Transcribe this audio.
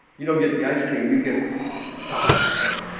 you don't get the ice cream you get god the son